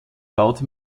baute